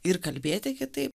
ir kalbėti kitaip